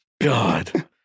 God